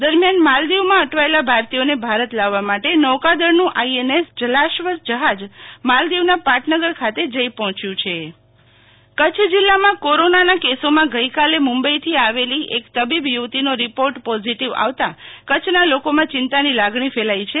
દરમ્યાન માલદીવમાં અટવાયેલા ભારતીયોને ભારત લાવવા માટે નૌકાદળનું આઈએનએસ જલાશ્વ જ્હાજ માલદીવના પાટનગર ખાતે પહોંચ્યુ છે શીતલ વૈશ્નવ ભુ જ યુ વતી કોરોના પોઝીટીવ કચ્છ જિલ્લામાં કોરોનાના કેસોમાં ગઈકાલે મું બઈથી આવેલી એક તબીબ યુ વતીનો રિપોર્ટ પોઝીટીવ આવતાં કચ્છના લોકોમાં ચિંતાની લાગણી ફેલાઈ છે